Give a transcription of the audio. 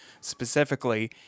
specifically